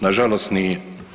Nažalost nije.